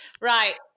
right